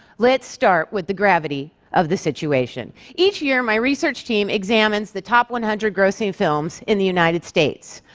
let's start with the gravity of the situation. each year, my research team examines the top one hundred grossing films in the united states.